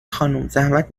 خانومزحمت